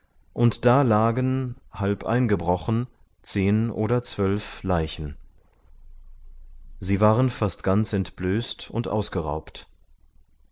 und da lagen halb eingebrochen zehn oder zwölf leichen sie waren fast ganz entblößt und ausgeraubt